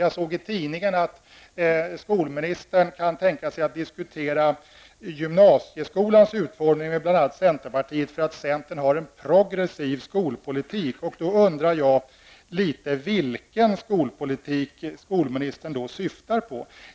Jag läste i tidningen att skolministern kan tänka sig att diskutera gymnasieskolans utformning med bl.a. centerpartiet, för att centerpartiet har en progressiv skolpolitik. Jag undrar litet vilken skolpolitik skolministern syftar på.